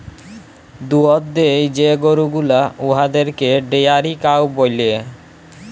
দুহুদ দেয় যে গরু গুলা উয়াদেরকে ডেয়ারি কাউ ব্যলে